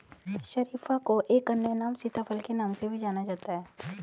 शरीफा को एक अन्य नाम सीताफल के नाम से भी जाना जाता है